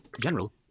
General